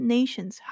Nations